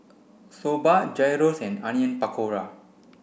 Soba Gyros and Onion Pakora